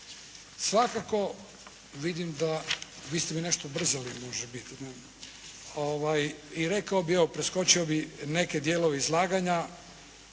Svakako, vidim da, vi ste mi nešto ubrzali može biti, i rekao bih ovo, preskočio bih neke dijelove izlaganja,